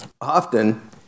Often